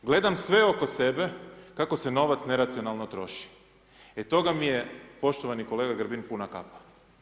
Gledam sve oko sebe kako se novac neracionalno troši, e toga mi je poštovani kolega Grbin, puna kapa.